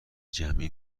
جمعی